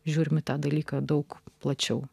žiūrime į tą dalyką daug plačiau